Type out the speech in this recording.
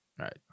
Right